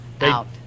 out